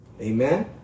Amen